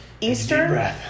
eastern